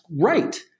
right